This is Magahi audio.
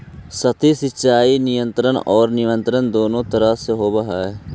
सतही सिंचाई नियंत्रित आउ अनियंत्रित दुनों तरह से होवऽ हइ